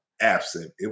absent